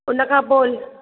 हुन खां पोइ